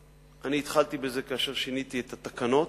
התחלתי בזה כאשר שיניתי את התקנות.